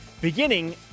beginning